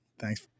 Thanks